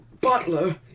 Butler